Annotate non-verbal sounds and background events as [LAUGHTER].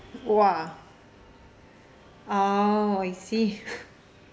!wah! oh I see [LAUGHS]